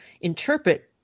interpret